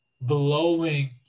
blowing